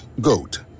GOAT